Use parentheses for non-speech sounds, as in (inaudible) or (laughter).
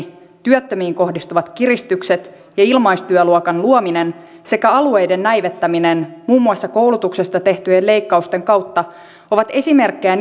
(unintelligible) työttömiin kohdistuvat kiristykset ja ilmaistyöluokan luominen sekä alueiden näivettäminen muun muassa koulutuksesta tehtyjen leikkausten kautta ovat esimerkkejä (unintelligible)